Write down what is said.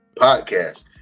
Podcast